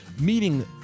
meeting